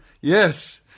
Yes